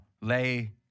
lay